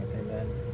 Amen